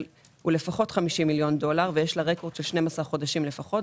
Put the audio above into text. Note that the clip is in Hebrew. הוא לפחות 50 מיליון דולר עם רקורד של 12 חודשים לפחות,